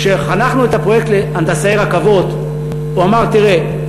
כשחנכנו את הפרויקט של הנדסאי רכבות הוא אמר: תראה,